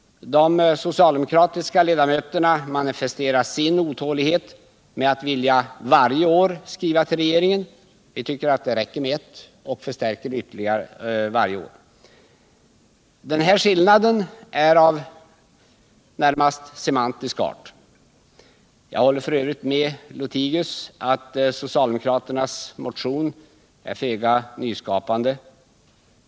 De socialdemokratiska ledamöterna manifesterar sin otålighet med att vilja skriva till regeringen varje år. Vi tycker att det räcker med att skriva en gång och förstärka den skrivningen varje år. Den här skillnaden är av närmast semantisk art. Jag håller f. ö. med herr Lothigius om att socialdemokraternas motion är föga nyskapande.